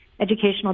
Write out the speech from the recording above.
educational